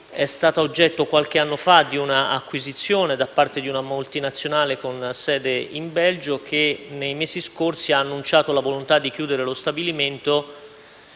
è stata oggetto, qualche anno fa, di un'acquisizione da parte di una multinazionale con sede in Belgio, che nei mesi scorsi ha annunciato la volontà di chiudere lo stabilimento,